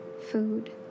food